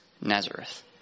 nazareth